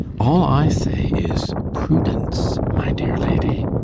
all i say is prudence, my dear lady!